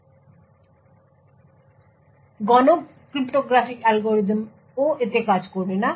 বিশেষ করে গণ ক্রিপ্টোগ্রাফিক অ্যালগরিদম এতে কাজ করবে না